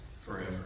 forever